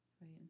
Right